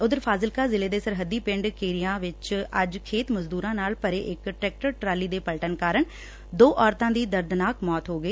ਉਧਰ ਫਾਜ਼ਿਲਕਾ ਜ਼ਿਲੇ ਦੇ ਸਰਹੱਦੀ ਪਿੰਡ ਕੇਰੀਆ ਵਿਖੇ ਅੱਜ ਖੇਤ ਮਜ਼ਦੂਰਾ ਨਾਲ ਭਰੇ ਇੱਕ ਟਰੈਕਟਰ ਟਰਾਲੀ ਦੇ ਪਲਟਣ ਕਾਰਨ ਦੋ ਔਰਤਾਂ ਦੀ ਦਰਦਨਾਕ ਸੌਤ ਹੋ ਗਈ